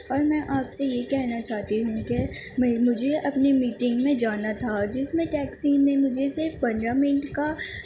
اور میں آپ سے یہی کہنا چاہتی ہوں کہ میں مجھے اپنے میٹنگ میں جانا تھا جس میں ٹیکسی نے مجھے صرف پندرہ منٹ کا